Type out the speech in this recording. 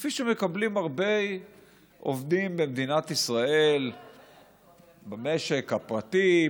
כפי שמקבלים הרבה עובדים במדינת ישראל במשק הפרטי,